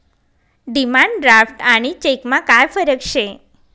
demand draft आणि चेकमा काय फरक शे